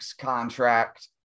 contract